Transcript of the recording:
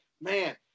man